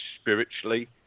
spiritually